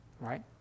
right